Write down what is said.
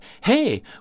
hey